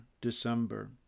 December